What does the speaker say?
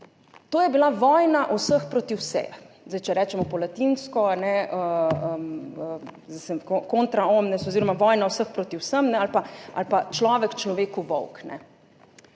To je bila vojna vseh proti vsem. Če rečemo po latinsko, contra omnes oziroma vojna vseh proti vsem ali pa človek človeku volk.